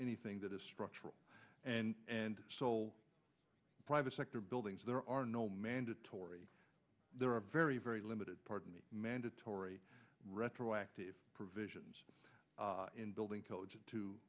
anything that is structural and sole private sector buildings there are no mandatory there are very very limited pardon me mandatory retroactive provisions in building codes to